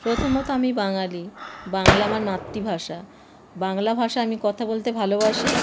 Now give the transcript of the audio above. প্রথমত আমি বাঙালি বাংলা আমার মাতৃভাষা বাংলা ভাষায় আমি কথা বলতে ভালোবাসি